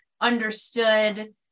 understood